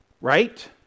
Right